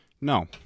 No